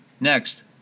Next